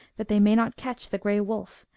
that they may not catch the grey wolf.